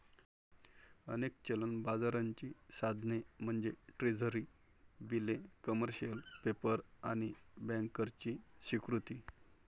अनेक चलन बाजाराची साधने म्हणजे ट्रेझरी बिले, कमर्शियल पेपर आणि बँकर्सची स्वीकृती